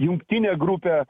jungtinę grupę